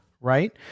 Right